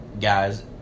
guys